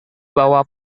bawah